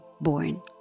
born